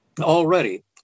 Already